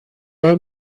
are